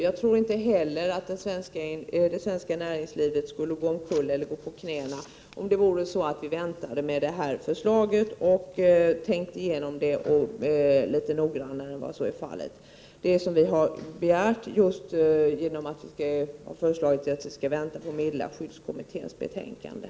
Jag tror inte att det svenska näringslivet skulle gå omkull eller gå på knäna om vi väntade med att genomföra detta förslag och tänkte igenom det litet noggrannare än som nu varit fallet. Vad vi begärt är att riksdagen skall avvakta meddelarskyddskommitténs betänkande.